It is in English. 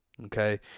Okay